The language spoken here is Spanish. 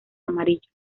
amarillo